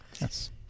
yes